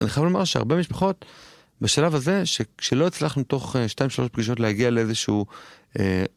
אני חייב לומר שהרבה משפחות בשלב הזה, כשלא הצלחנו תוך 2-3 פגישות להגיע לאיזשהו, אה..